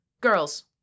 Girls